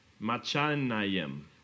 Machanayim